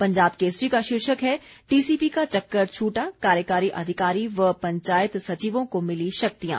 पंजाब केसरी का शीर्षक है टीसीपी का चक्कर छूटा कार्यकारी अधिकारी व पंचायत सचिवों को मिली शक्तियां